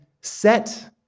set